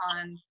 on